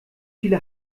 viele